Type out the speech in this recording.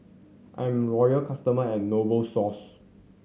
I'm a loyal customer of Novosource